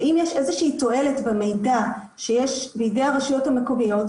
אם יש איזה תועלת במידע שיש בידי הרשויות המקומיות,